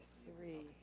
three,